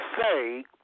say